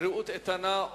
בריאות איתנה.